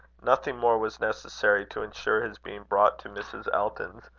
nothing more was necessary to insure his being brought to mrs. elton's.